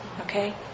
Okay